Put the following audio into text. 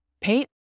paint